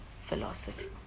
philosophy